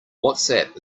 whatsapp